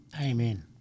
Amen